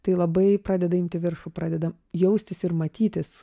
tai labai pradeda imti viršų pradeda jaustis ir matytis